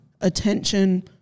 attention